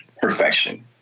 perfection